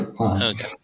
okay